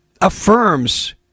affirms